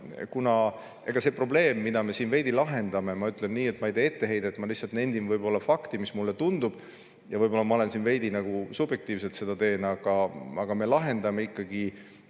kuna see probleem, mida me siin veidi lahendame … Ma ütlen nii, et ma ei tee etteheidet, ma lihtsalt nendin võib‑olla fakti, mis mulle tundub, et on, ja võib-olla ma siin veidi subjektiivselt seda teen, aga me lahendame ikkagi